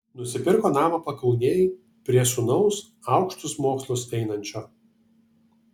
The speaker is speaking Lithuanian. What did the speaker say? nusipirko namą pakaunėj prie sūnaus aukštus mokslus einančio